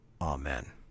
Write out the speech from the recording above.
Amen